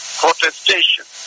protestation